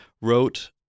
wrote